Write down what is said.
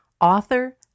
author